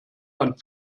man